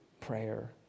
prayer